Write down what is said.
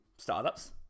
startups